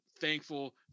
thankful